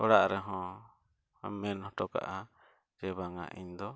ᱚᱲᱟᱜ ᱨᱮᱦᱚᱸ ᱢᱮᱱ ᱦᱚᱴᱚ ᱠᱟᱜᱼᱟ ᱡᱮ ᱵᱟᱝᱟ ᱤᱧ ᱫᱚ